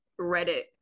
Reddit